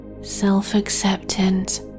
self-acceptance